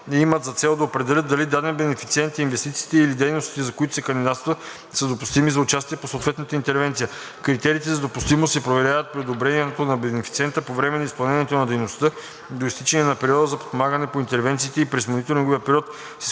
имат за цел да определят дали даден бенефициент и инвестициите или дейностите, за които се кандидатства, са допустими за участие по съответната интервенция. Критериите за допустимост се проверяват при одобрението на бенефициента, по време на изпълнението на дейността, до изтичане на периода за подпомагане по интервенцията и през мониторинговия период, с